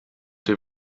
dem